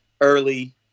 early